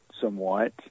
somewhat